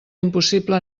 impossible